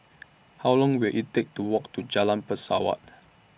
How Long Will IT Take to Walk to Jalan Pesawat